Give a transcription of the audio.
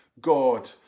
God